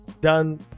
done